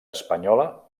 espanyola